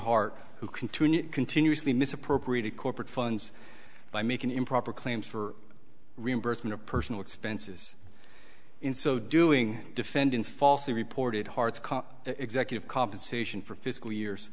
hart who continued continuously misappropriated corporate funds by making improper claims for reimbursement of personal expenses in so doing defendants falsely reported hearts executive compensation for fiscal years